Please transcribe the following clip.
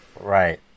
Right